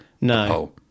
no